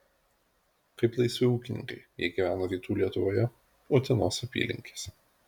kaip laisvi ūkininkai jie gyveno rytų lietuvoje utenos apylinkėse